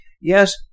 Yes